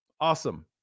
Awesome